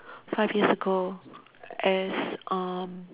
five years ago is um